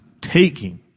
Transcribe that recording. taking